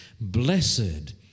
blessed